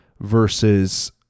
versus